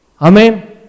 Amen